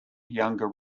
younger